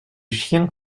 chiens